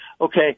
Okay